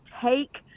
take